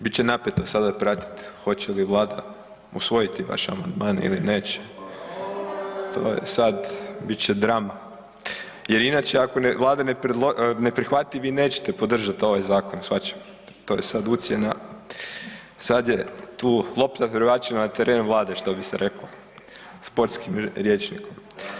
Bit će napeto sada pratiti hoće li Vlada usvojiti vaš amandman ili neće, to je sad, bit će drama jer inače ako Vlada ne prihvati vi nećete podržati ovaj zakon, shvaćam, to je sad ucjena, sad je tu, lopta je prebačena na teren Vlade što bi se reklo sportskim rječnikom.